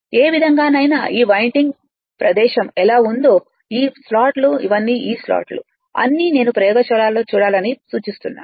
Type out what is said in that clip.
ఏ విధంగానైనా ఈ వైండింగ్ ప్రదేశం ఎలా ఉందో ఈ స్లాట్లు ఇవన్నీ ఈ స్లాట్లు అన్నీ నేను ప్రయోగశాలలో చూడాలని నేను సూచిస్తున్నాను